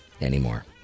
anymore